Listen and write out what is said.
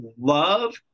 love